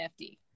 FD